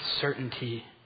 certainty